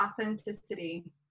authenticity